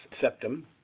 septum